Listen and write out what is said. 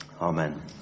Amen